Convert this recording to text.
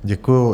Děkuju.